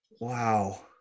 Wow